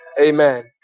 Amen